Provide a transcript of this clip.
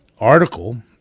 article